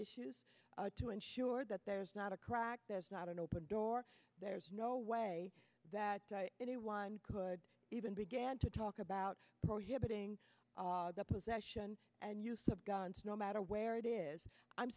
issues to ensure that there's not a crack there's not an open door there's no way that anyone could even began to talk about prohibiting the possession and use of guns no matter where it is i'm